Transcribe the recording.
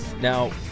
Now